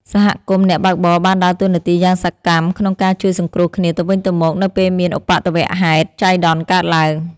សហគមន៍អ្នកបើកបរបានដើរតួនាទីយ៉ាងសកម្មក្នុងការជួយសង្គ្រោះគ្នាទៅវិញទៅមកនៅពេលមានឧបទ្ទវហេតុចៃដន្យកើតឡើង។